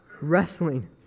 wrestling